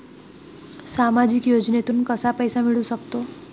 सामाजिक योजनेतून कसा पैसा मिळू सकतो?